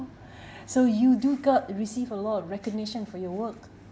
so you do got receive a lot of recognition for your work